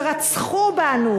שרצחו בנו,